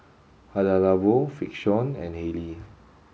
Hada Labo Frixion and Haylee